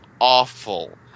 awful